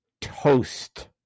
toast